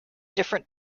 different